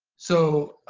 so